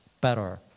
better